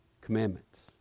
commandments